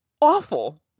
awful